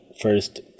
first